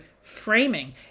framing